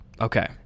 Okay